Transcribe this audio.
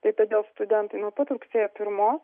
tai todėl studentai nuo pat rugsėjo pirmos